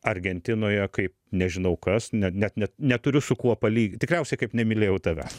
argentinoje kaip nežinau kas ne net ne neturiu su kuo palyg tikriausiai kaip nemylėjau tavęs